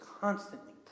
constantly